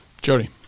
Jody